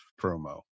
promo